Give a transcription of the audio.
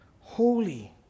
holy